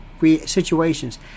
situations